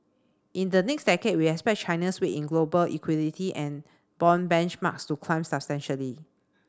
in the next decade we expect China's weight in global equity and bond benchmarks to climb substantially